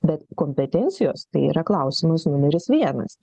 bet kompetencijos tai yra klausimas numeris vienas